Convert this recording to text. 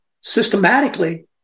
systematically